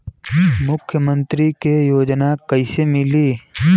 मुख्यमंत्री के योजना कइसे मिली?